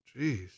Jeez